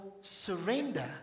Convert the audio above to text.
surrender